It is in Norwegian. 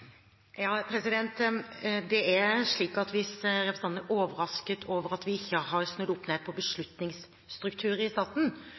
Det er slik at hvis representanten er overrasket over at vi ikke har snudd opp ned på beslutningsstrukturer i staten,